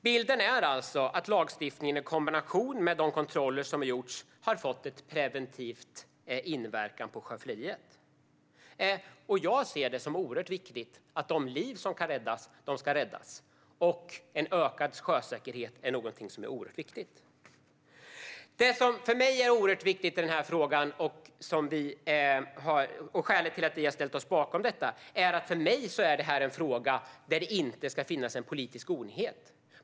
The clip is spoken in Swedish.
Bilden är alltså att lagstiftningen i kombination med de kontroller som gjorts har haft en preventiv inverkan på sjöfylleriet. De liv som kan räddas ska räddas, och i det ser jag ökad sjösäkerhet som någonting oerhört viktigt. Något som också är oerhört viktigt för mig och skälet till att vi har ställt oss bakom detta är att det här är en fråga där det inte ska finnas politisk oenighet.